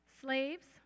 Slaves